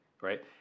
right